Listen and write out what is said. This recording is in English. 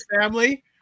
Family